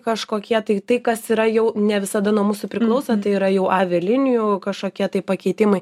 kažkokie tai tai kas yra jau ne visada nuo mūsų priklauso tai yra jau avialinijų kažkokie tai pakeitimai